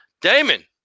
Damon